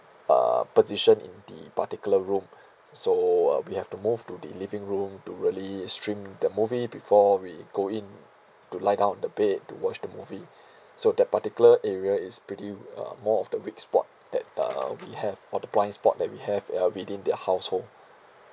uh position in the particular room so uh we have to move to the living room to really stream the movie before we go in to lie down on the bed to watch the movie so that particular area is pretty uh more of the weak spot that uh we have all the blind spot that we have uh within the household